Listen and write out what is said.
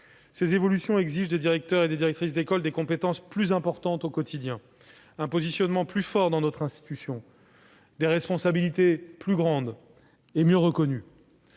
les évolutions pédagogiques. Ces évolutions exigent des compétences plus importantes au quotidien, un positionnement plus fort dans notre institution, des responsabilités plus grandes et mieux reconnues.